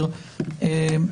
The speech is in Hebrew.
נעשה.